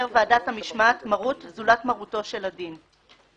ועדת המשמעת מרות זולת מרותו של הדין.